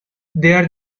there